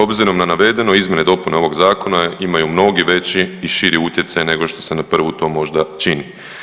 Obzirom na navedeno izmjene i dopune ovog zakona imaju mnogi veći i širi utjecaj nego što se na prvu to možda čini.